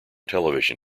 television